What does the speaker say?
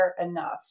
Enough